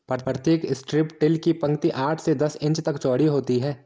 प्रतीक strip till की पंक्ति आठ से दस इंच तक चौड़ी होती है